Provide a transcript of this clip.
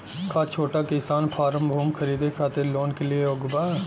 का छोटा किसान फारम भूमि खरीदे खातिर लोन के लिए योग्य बा?